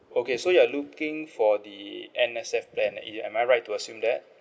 okay so you are looking for the N_S_F plan eh am I right to assume that